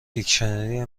دیکشنری